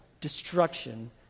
destruction